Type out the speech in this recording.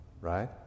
right